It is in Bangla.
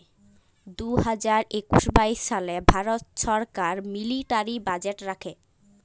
দু হাজার একুশ বাইশ সালে ভারত ছরকার মিলিটারি বাজেট রাখে